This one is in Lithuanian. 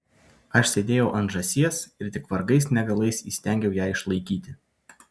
aš sėdėjau ant žąsies ir tik vargais negalais įstengiau ją išlaikyti